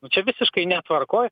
o čia visiškai netvarkoj